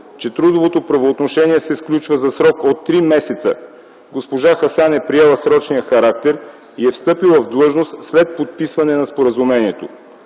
че трудовото правоотношение се сключва за срок от три месеца. Госпожа Хасан е приела срочния характер и е встъпила в длъжност след подписване на споразумението.